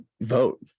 vote